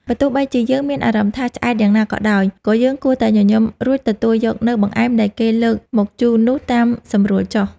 បើទោះបីជាយើងមានអារម្មណ៍ថា ឆ្អែតយ៉ាងណាក៏ដោយ ក៏យើងគួរតែញញឹមរួចទទួលយកនូវបង្អែមដែលគេលើកមកជូននោះតាមសម្រួលចុះ។